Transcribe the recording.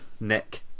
nick